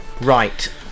Right